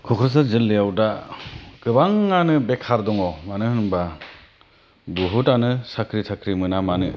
क'क्राझार जिल्लायाव दा गोबाङानो बेखार दङ मानो होनब्ला बहुदानो साख्रि थाख्रि मोना मानो